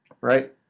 right